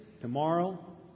tomorrow